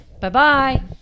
Bye-bye